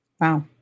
Wow